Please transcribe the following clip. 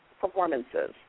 performances